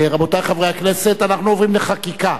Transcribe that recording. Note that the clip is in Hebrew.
רבותי חברי הכנסת, אנחנו עוברים לחקיקה.